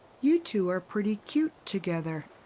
you two are pretty cute together.